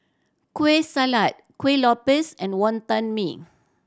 Kueh Salat Kuih Lopes and Wonton Mee